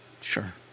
sure